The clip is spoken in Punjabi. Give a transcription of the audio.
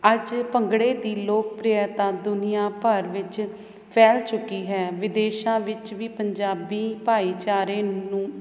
ਅੱਜ ਭੰਗੜੇ ਦੀ ਲੋਕਪ੍ਰਿਅਤਾ ਦੁਨੀਆਂ ਭਰ ਵਿੱਚ ਫੈਲ ਚੁੱਕੀ ਹੈ ਵਿਦੇਸ਼ਾਂ ਵਿੱਚ ਵੀ ਪੰਜਾਬੀ ਭਾਈਚਾਰੇ ਨੇ